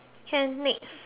can next